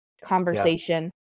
conversation